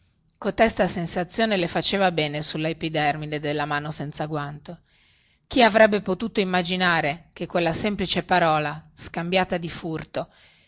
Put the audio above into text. cotesta sensazione le faceva bene sulla epidermide della mano senza guanto chi avrebbe potuto immaginare che quella semplice parola scambiata di furto